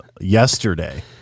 yesterday